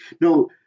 no